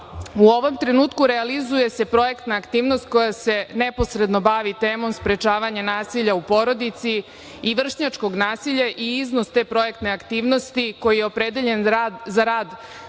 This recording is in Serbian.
ovom trenutku realizuje se projektna aktivnost koja se neposredno bavi temom sprečavanja nasilja u porodici i vršnjačkog nasilja i iznos te projektne aktivnosti koji je opredeljen za rad